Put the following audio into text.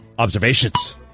observations